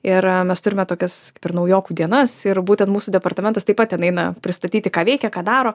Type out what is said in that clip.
ir mes turime tokias per naujokų dienas ir būtent mūsų departamentas taip pat ten eina pristatyti ką veikia ką daro